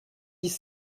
dix